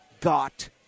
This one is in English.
got